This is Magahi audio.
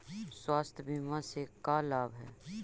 स्वास्थ्य बीमा से का लाभ है?